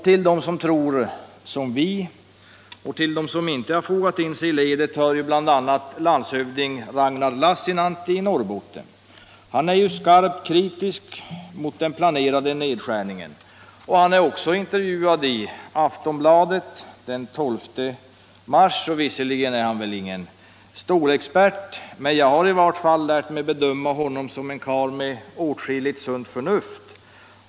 Till dem som tror som vi och som inte har fogat in sig i ledet hör bl.a. landshövding Ragnar Lassinantti i Norrbotten. Han är skarpt kritisk mot den planerade nedskärningen. Han har också intervjuats i Aftonbladet den 12 mars. Han är visserligen ingen stålexpert, men jag har lärt mig bedöma honom som en karl med åtskilligt sunt förnuft.